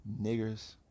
niggers